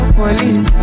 police